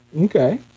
Okay